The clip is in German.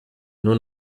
nur